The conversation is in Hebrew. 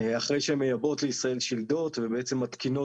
אחרי שהן מייבאות לישראל שלדות ובעצם מתקינות